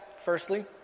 Firstly